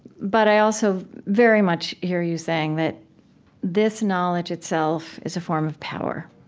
but i also very much hear you saying that this knowledge itself is a form of power,